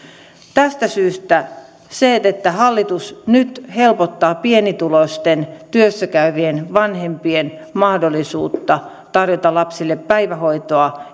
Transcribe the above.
tästä syystä se että hallitus nyt helpottaa pienituloisten työssä käyvien vanhempien mahdollisuutta saada lapsille päivähoitoa